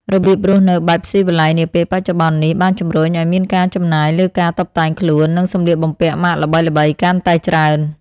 របៀបរស់នៅបែបស៊ីវិល័យនាពេលបច្ចុប្បន្ននេះ បានជំរុញឱ្យមានការចំណាយលើការតុបតែងខ្លួន និងសម្លៀកបំពាក់ម៉ាកល្បីៗកាន់តែច្រើន។